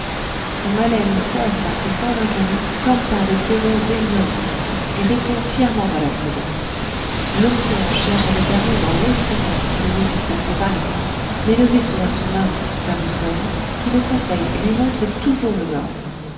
son haleine sort par ses cent vingt canons comme par des clairons énormes et répond fièrement à la foudre l'océan cherche à l'égarer dans l'effrayante similitude de ses vagues mais le vaisseau a son âme sa boussole qui le conseille et lui montre toujours le nord